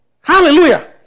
Hallelujah